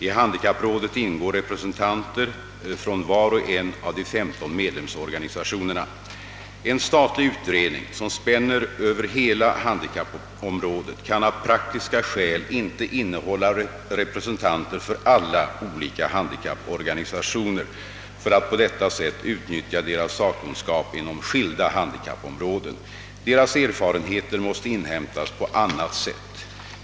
I handikapprådet ingår representanter för var och en av de 15 medlemsorganisationerna. En statlig utredning som spänner över hela handikappområdet kan av. praktiska skäl inte innehålla representanter för alla olika handikapporganisationer för att på detta sätt utnyttja deras sakkunskap inom skilda handikappområden. Deras erfarenheter måste inhämtas på annat sätt.